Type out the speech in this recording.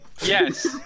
Yes